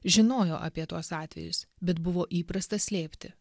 žinojo apie tuos atvejus bet buvo įprasta slėpti